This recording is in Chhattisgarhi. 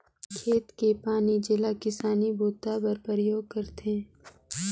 खेत के पानी जेला किसानी बूता बर परयोग करथे